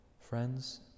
friends